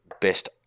best